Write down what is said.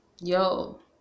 yo